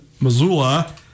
Missoula